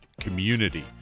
community